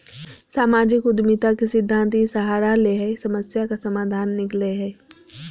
सामाजिक उद्यमिता के सिद्धान्त इ सहारा ले हइ समस्या का समाधान निकलैय हइ